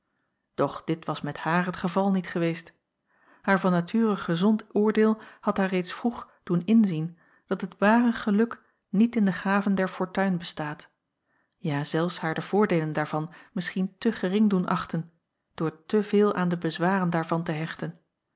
doch dit was met haar het geval niet geweest haar van nature gezond oordeel had haar reeds vroeg doen inzien dat het ware geluk niet in de gaven der fortuin bestaat ja zelfs haar de voordeelen daarvan misschien te gering doen achten door te veel aan de bezwaren daarvan te hechten